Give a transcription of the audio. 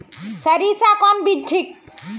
सरीसा कौन बीज ठिक?